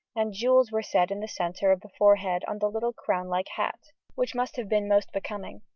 and jewels were set in the centre of the forehead on the little crown-like hat, which must have been most becoming.